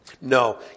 No